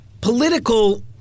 political